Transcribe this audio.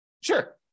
Sure